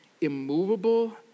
immovable